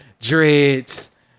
dreads